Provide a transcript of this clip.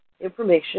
information